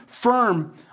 firm